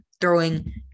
throwing